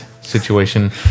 situation